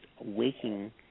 waking